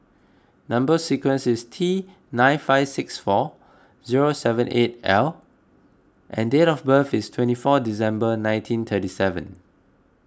Number Sequence is T nine five six four zero seven eight L and date of birth is twenty four December nineteen thirty seven